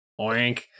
Oink